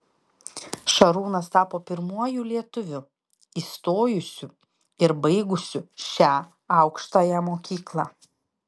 šarūnas tapo pirmuoju lietuviu įstojusiu ir baigusiu šią aukštąją mokyklą